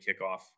kickoff